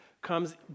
comes